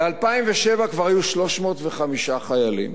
ב-2007 כבר היו 305 חיילים.